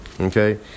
okay